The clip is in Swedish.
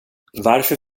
varför